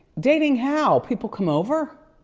dating how? people come over?